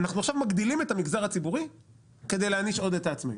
אנחנו עכשיו מגדילים את המגזר הציבורי כדי להעניש עוד את העצמאיים.